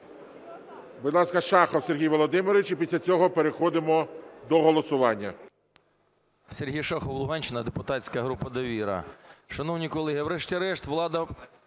Будь ласка, Шахов Сергій Володимирович. І після цього переходимо до голосування.